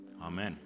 Amen